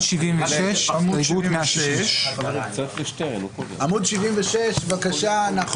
(עמוד 76). חבר הכנסת קריב, בבקשה.